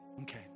Okay